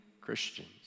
Christians